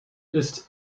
ist